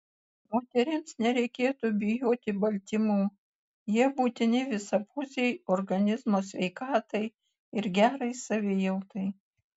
moterims nereikėtų bijoti baltymų jie būtini visapusei organizmo sveikatai ir gerai savijautai